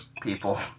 people